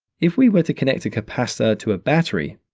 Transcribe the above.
if we were to connect a capacitor to a battery,